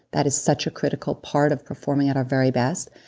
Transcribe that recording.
that is such a critical part of performing at our very best.